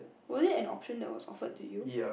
was it an option that was offered to you